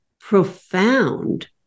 profound